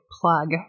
plug